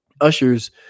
Usher's